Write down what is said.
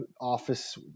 Office